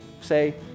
say